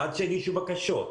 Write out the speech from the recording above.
עד שיגישו בקשות,